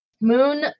Moon